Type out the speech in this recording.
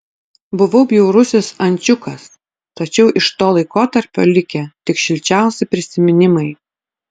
buvau bjaurusis ančiukas tačiau iš to laikotarpio likę tik šilčiausi prisiminimai